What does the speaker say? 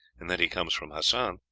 and that he comes from hassan.